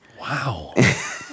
Wow